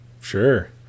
sure